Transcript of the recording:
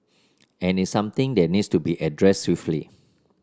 and it's something that needs to be addressed swiftly